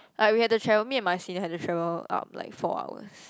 like we had to travel me and my senior had to travel up like four hours